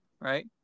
right